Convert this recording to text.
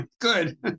Good